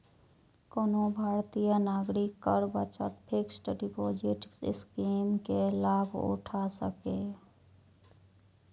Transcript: कोनो भारतीय नागरिक कर बचत फिक्स्ड डिपोजिट स्कीम के लाभ उठा सकैए